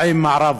40 מערבה.